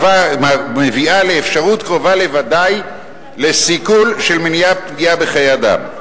מביאה לאפשרות קרובה לוודאי לסיכול של מניעת פגיעה בחיי אדם.